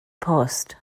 post